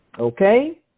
Okay